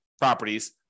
properties